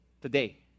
Today